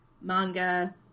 manga